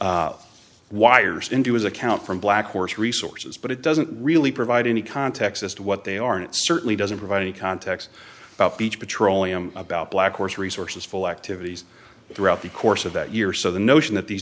two wires into his account from black horse resources but it doesn't really provide any context as to what they are it certainly doesn't provide any context about beach petroleum about blackhorse resources full activities throughout the course of that year so the notion that these